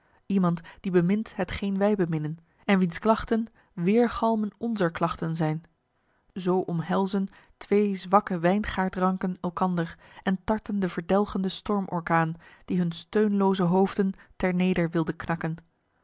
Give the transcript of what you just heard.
iemand die bemint hetgeen wij beminnen en wiens klachten weergalmen onzer klachten zijn zo omhelzen twee zwakke wijngaardranken elkander en tarten de verdelgende stormorkaan die hun steunloze hoofden ter neder wilde knakken